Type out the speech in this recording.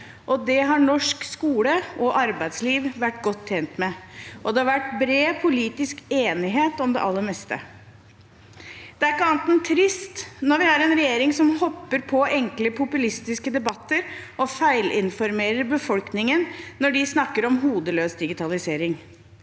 Det har norsk skole og arbeidsliv vært godt tjent med, og det har vært bred politisk enighet om det aller meste. Det er ikke annet enn trist at vi nå har en regjering som hopper på enkle, populistiske debatter og feilinformerer befolkningen når de snakker om hodeløs digitalisering.